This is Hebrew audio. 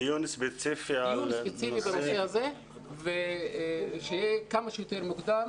דיון ספציפי בנושא הזה ושיהיה כמה שיותר מוקדם